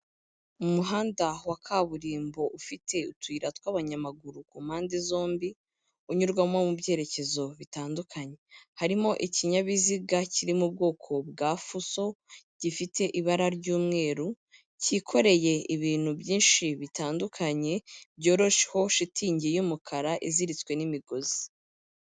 umuhanda wa kaburimbo ufite utuyira tw'abanyamaguru ku mpande zombi, unyurwamo mu byerekezo bitandukanye, harimo ikinyabiziga kiri mu ubwoko bwa fuso gifite ibara ry'umweru, cyikoreye ibintu byinshi bitandukanye, byoroshyeho shitingi y'umukara iziritswe n'imigozi.